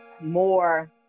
more